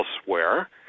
elsewhere